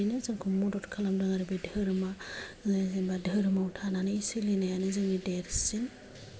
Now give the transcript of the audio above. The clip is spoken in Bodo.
बेबायदिनो जोंखौ मदद खालामदों आरो बे धोमोमआ जेनेबा धोरोमाव थानानै सोलिनायानो जोंनि देरसिन